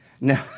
No